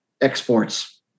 exports